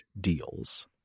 deals